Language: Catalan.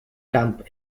camp